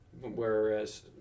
Whereas